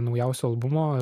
naujausio albumo